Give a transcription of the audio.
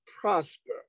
prosper